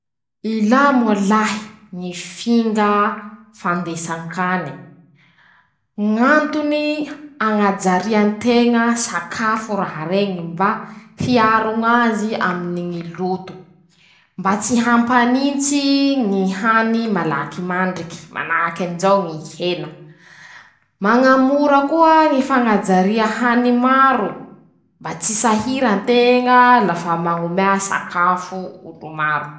Ilà moa lahy, ñy fingaa fandesan-kany, ñ'antony: -Hañajaria nteña sakafo raha reñy mba hiaro ñazy aminy ñy loto, mba tsy hampanintsy ñy hany malaky mandriky, manahakan'izao ñy hena, mañamora koa ñy fañajaria hany maro, mba tsy sahira nteña lafa mañomea sakafo olo mar.